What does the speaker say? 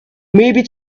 maybe